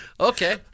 Okay